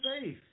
safe